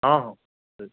ହଁ ହଁ ରହିଲି